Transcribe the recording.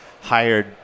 hired